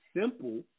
simple